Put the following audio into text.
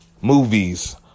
movies